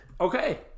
Okay